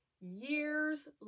Years